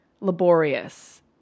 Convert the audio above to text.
laborious